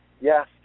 Yes